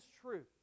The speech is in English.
truth